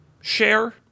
share